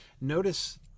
Notice